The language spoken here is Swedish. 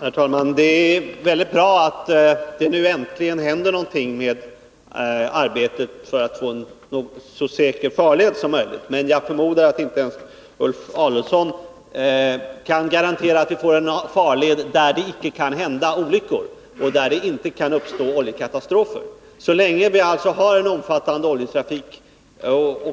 Herr talman! Det är mycket bra att det nu äntligen händer någonting, så att vi får en så säker farled som möjligt. Jag förmodar emellertid att inte ens Ulf Adelsohn kan garantera att vi får en farled, där det icke kan hända olyckor och där det icke kan inträffa oljekatastrofer. Så länge som vi har en omfattande oljetrafik,